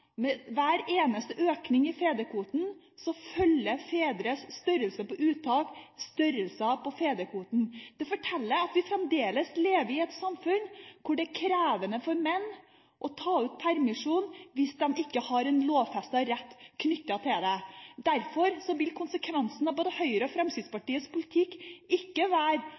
med hver eneste økning i fedrekvoten følger fedres størrelse på uttak størrelsen til fedrekvoten. Det forteller at vi fremdeles lever i et samfunn hvor det er krevende for menn å ta ut permisjon hvis de ikke har en lovfestet rett knyttet til det. Derfor vil konsekvensen av både Høyres og Fremskrittspartiets politikk ikke være